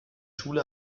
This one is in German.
schule